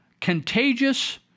contagious